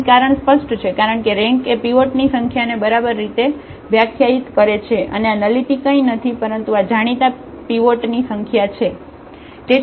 અહીં કારણ સ્પષ્ટ છે કારણ કે રેન્ક એ પીવોટ ની સંખ્યાને બરાબર રીતે વ્યાખ્યાયિત કરે છે અને આ નલિટી કઈ નથી પરંતુ આ જાણીતા પીવોટ ની સંખ્યા છે